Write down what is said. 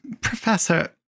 Professor